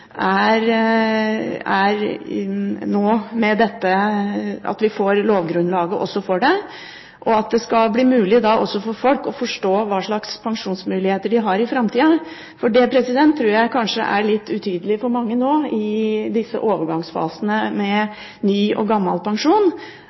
at vi også får lovgrunnlaget for den, gjør at det skal bli mulig også for folk å forstå hva slags pensjonsmuligheter de har i framtida. Det tror jeg kanskje er litt utydelig for mange nå i disse overgangsfasene med